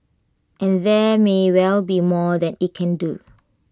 and there may well be more that IT can do